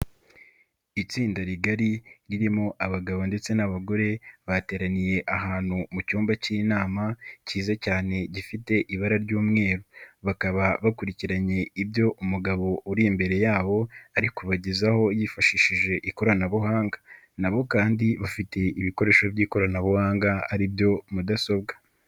Itsinda rigari ririmo abagabo ndetse n'abagore bateraniye ahantu mu cyumba cy'inama kiza cyane gifite ibara ry'umweru. Bakaba bakurikiranye ibyo umugabo uri imbere yabo ari kubagezaho yifashishije ikoranabuhanga. Na bo kandi bafite ibikoresho by'ikoranabuhanga ari byo mudasobwa.